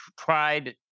tried